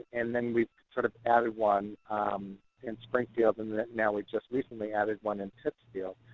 and then we sort of added one in springfield. and now we've just recently added one in pittsfield.